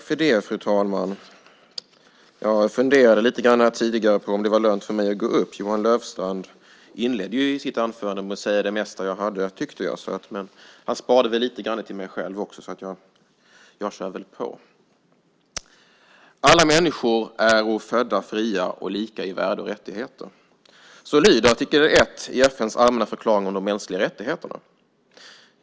Fru talman! Jag funderade lite tidigare på om det var lönt för mig att gå upp i debatten. Johan Löfstrand inledde ju i sitt anförande med att säga det mesta av det jag hade, tyckte jag. Men han sparade väl lite grann till mig också. "Alla människor äro födda fria och lika i värde och rättigheter." Så lyder artikel 1 i FN:s allmänna förklaring om de mänskliga rättigheterna.